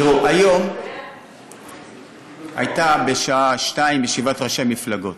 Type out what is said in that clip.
תראו, היום הייתה, בשעה 14:00, ישיבת ראשי מפלגות,